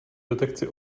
detekci